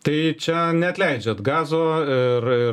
tai čia neatleidžiat gazo ir ir